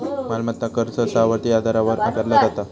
मालमत्ता कर सहसा आवर्ती आधारावर आकारला जाता